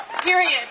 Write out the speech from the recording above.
Period